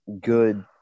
good